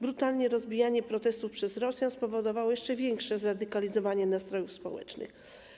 Brutalne rozbijanie protestów przez Rosjan spowodowało jeszcze większe zradykalizowanie nastrojów społecznych.